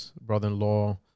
brother-in-law